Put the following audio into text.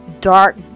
dark